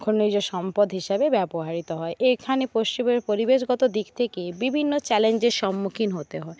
খনিজ সম্পদ হিসাবে ব্যবহারিত হয় এখানে পশ্চিমের পরিবেশগত দিক থেকে বিভিন্ন চ্যালেঞ্জের সম্মুখীন হতে হয়